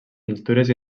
pintures